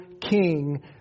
king